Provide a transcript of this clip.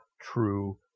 true